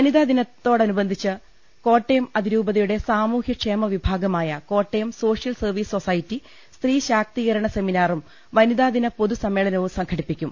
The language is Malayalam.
വനിതാ ദിനത്തോടനുബന്ധിച്ച് കോട്ടയം അതിരൂപതയുടെ സാമൂഹൃ ക്ഷേമ വിഭാഗമായ കോട്ടയം സോഷ്യൽ സർവ്വീസ് സൊസൈറ്റി സ്ത്രീ ശാക്തീകരണ സെമിനാറും വനിതാ ദിന പൊതുസമ്മേളനവും സംഘടിപ്പിക്കും